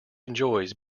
enjoys